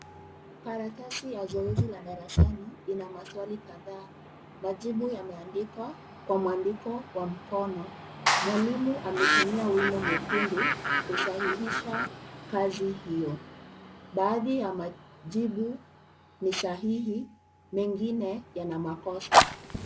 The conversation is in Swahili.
Karatasi ya zoezi la darasani ina maswali kadhaa. Majibu yameandikwa kwa mwandiko wa mkono. Mwalimu ametumia wino mwekundu kusahihisha kazi hiyo. Baadhi ya majibu ni sahihi, mengine yana makosa.